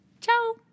Ciao